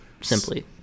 simply